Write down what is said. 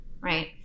right